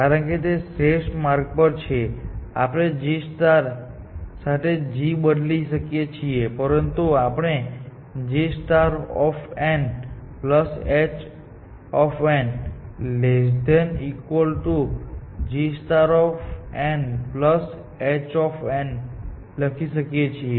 કારણ કે તે શ્રેષ્ઠ માર્ગ પર છે આપણે g સાથે g બદલી શકીએ છીએ અને આપણે gnl1 hnl1 gh લખી શકીએ છીએ